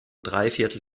dreiviertel